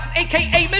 aka